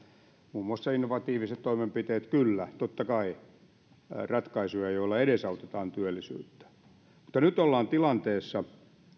muun muassa innovatiiviset toimenpiteet ovat pitkällä tähtäimellä kyllä totta kai ratkaisuja joilla edesautetaan työllisyyttä mutta nyt ollaan tilanteessa